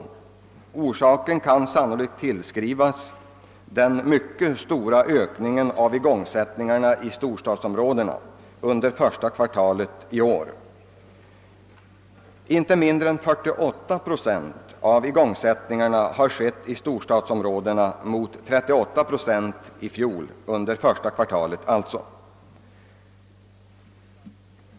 Orsaken kan sannolikt tillskrivas den stora ökningen av igångsättningarna i storstadsområdena under första kvartalet i år. Inte mindre än 48 procent av igångsättningarna har skett i storstadsområdena mot 38 procent under första kvartalet i fjol.